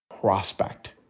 prospect